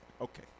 Okay